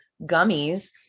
gummies